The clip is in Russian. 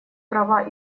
права